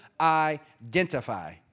identify